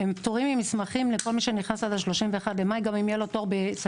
פטורים ממסמכים לכל מי שנכנס עד 31.5 גם אם יהיה לו תור בספטמבר.